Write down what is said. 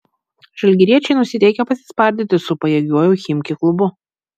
žalgiriečiai nusiteikę pasispardyti su pajėgiuoju chimki klubu